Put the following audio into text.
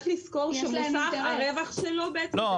לא,